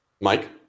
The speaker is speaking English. Mike